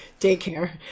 daycare